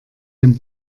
dem